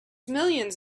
millions